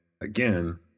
again